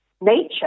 nature